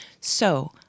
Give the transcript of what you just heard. So-